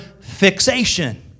fixation